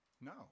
No